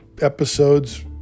episodes